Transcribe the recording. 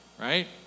Right